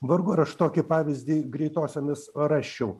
vargu ar aš tokį pavyzdį greitosiomis rasčiau